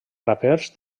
rapers